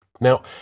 Now